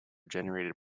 generated